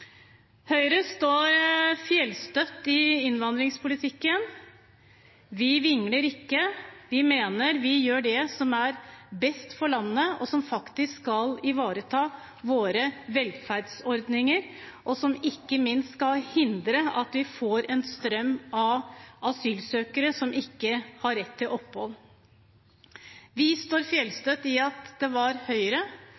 Høyre står fjellstøtt i innvandringspolitikken. Vi vingler ikke. Vi mener vi gjør det som er best for landet, det som skal ivareta våre velferdsordninger, og det som ikke minst skal hindre at vi får en strøm av asylsøkere som ikke har rett til opphold. Vi står